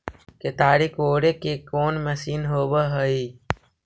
केताड़ी कोड़े के कोन मशीन होब हइ?